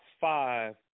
five